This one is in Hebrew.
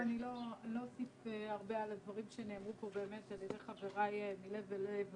אני לא אוסיף הרבה על הדברים שנאמרו פה על ידי חבריי מלב אל לב.